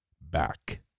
back